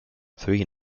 three